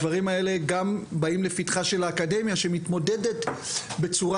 הדברים האלה באים גם לפתחה של האקדמיה שמתמודדת בצורה